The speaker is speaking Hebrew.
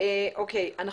אני